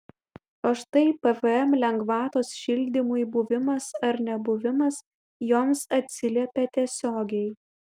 o štai pvm lengvatos šildymui buvimas ar nebuvimas joms atsiliepia tiesiogiai